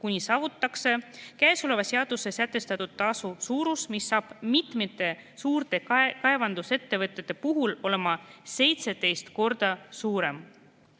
kuni saavutatakse käesolevas seaduses sätestatud tasu suurus, mis saab mitmete suurte kaevandusettevõtete puhul olema 17 korda suurem.